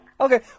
Okay